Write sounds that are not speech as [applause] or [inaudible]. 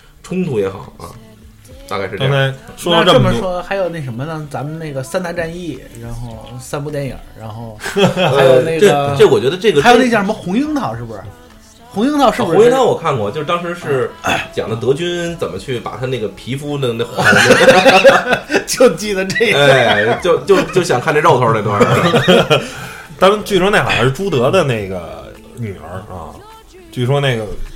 冲突也好，啊，大概是这样。刚才说到这么那这么多。说，还有那什么呢？咱们那个《三大战役》，然后三部电影儿， [laughs] 然后还有那呃，这- 这个，我觉得这个还有真那是-叫什么《红樱桃》，是不是？《红樱桃》是不啊，是-《红樱桃》我看过，就是当时啊。是讲的德军怎么去把她那个皮肤弄- [laughs] 那- [laughs] 就记得这一段。 [laughs] 哎，就- 就- 就想看这肉头儿那段儿。 [laughs] 当- 据说那好像是朱德的那个女儿，啊，据说那个